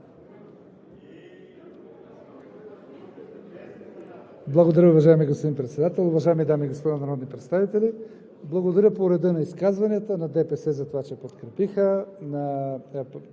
Благодаря, уважаеми господин Председател, уважаеми дами и господа народни представители! Благодаря – по реда на изказванията, на ДПС за това, че подкрепиха,